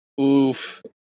Oof